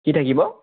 কি থাকিব